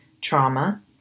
trauma